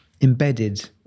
embedded